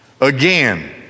Again